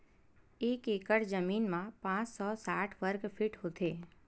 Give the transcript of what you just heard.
एक एकड़ जमीन मा पांच सौ साठ वर्ग फीट होथे